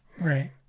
right